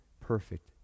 perfect